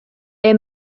est